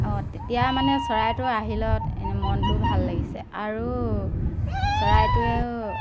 অঁ তেতিয়া মানে চৰাইটো আহিলত এনে মনটো ভাল লাগিছে আৰু চৰাইটোৱেও